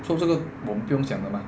so 这个我们不用讲的嘛